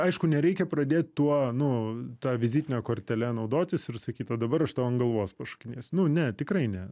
tik aišku nereikia pradėt tuo nu ta vizitine kortele naudotis ir sakyt o dabar aš tau ant galvos pašokinėsiu nu ne tikrai ne